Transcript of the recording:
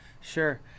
Sure